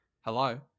Hello